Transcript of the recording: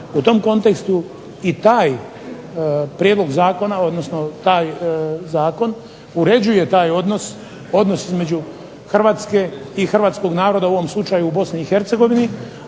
U tom kontekstu i taj prijedlog zakona odnosno taj zakon uređuje taj odnos, odnos između Hrvatske i hrvatskog naroda u ovom slučaju u BiH